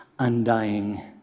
undying